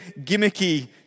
gimmicky